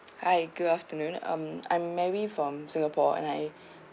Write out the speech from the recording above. hi good afternoon um I'm mary from singapore and I